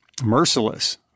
merciless